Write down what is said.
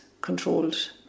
controlled